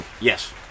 Yes